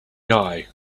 guy